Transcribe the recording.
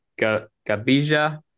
Gabija